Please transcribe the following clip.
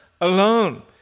alone